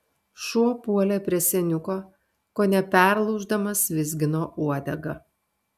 šuo puolė prie seniuko kone perlūždamas vizgino uodegą